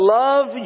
love